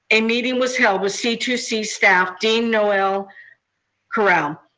a meeting was held with c two c staff, dean noelle currell,